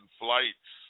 flights